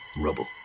Rubble